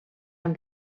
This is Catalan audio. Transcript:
amb